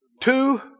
Two